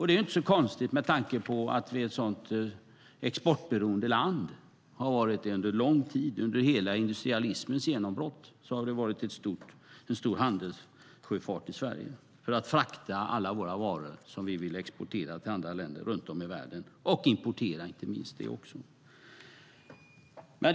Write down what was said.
Det är inte konstigt, med tanke på att vi är ett sådant exportberoende land och har varit det under lång tid. Sedan industrialismens genombrott har det varit en stor handelssjöfart i Sverige för att frakta alla varor som vi vill exportera till länder runt om i världen och även varor som vi importerar.